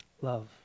Love